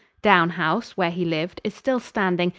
downe house, where he lived, is still standing,